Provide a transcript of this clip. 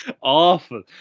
Awful